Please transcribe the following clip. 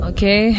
Okay